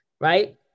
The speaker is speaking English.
right